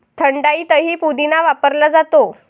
थंडाईतही पुदिना वापरला जातो